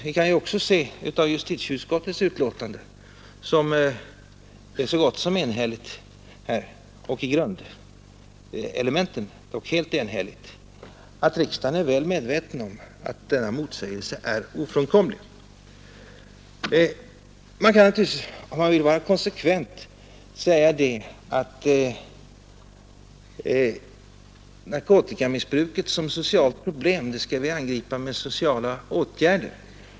Vi kan också se av justitieutskottets betänkande, som är så gott som enhälligt — i grundelementen helt enhälligt — att riksdagen är väl medveten om att denna motsägelse är ofrånkomlig. Man kan naturligtvis om man vill vara konsekvent säga att narkotikamissbruket är enbart ett socialt problem som vi skall angripa med enbart sociala åtgärder.